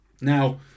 Now